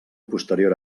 posterior